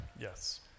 Yes